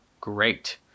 Great